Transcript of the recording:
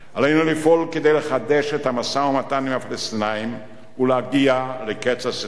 עלינו לפעול כדי לחדש את המשא-ומתן עם הפלסטינים ולהגיע לקץ הסכסוך,